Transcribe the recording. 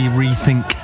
rethink